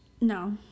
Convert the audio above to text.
No